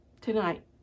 tonight